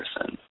person